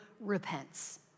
repents